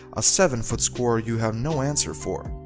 a seven foot scorer you have no answer for.